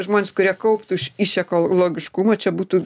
žmonės kurie kauptų iš iš ekologiškumo čia būtų